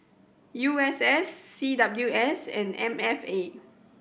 U S S C W S and M F A